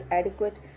adequate